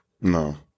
No